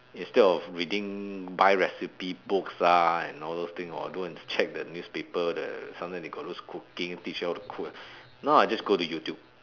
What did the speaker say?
instead of reading buy recipe books lah and all those things or go and check the newspaper the sometimes they got those cooking teach you how to cook now I just go to youtube